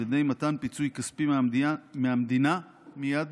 על ידי מתן פיצוי כספי מהמדינה, שהוא